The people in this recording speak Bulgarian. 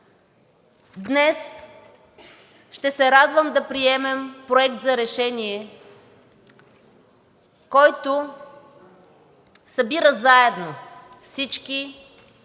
Днес ще се радвам да приемем Проект за решение, който събира заедно всички